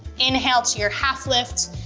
inhale to your half lift,